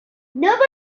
nobody